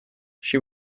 she